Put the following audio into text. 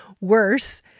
worse